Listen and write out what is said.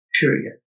period